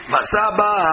Masaba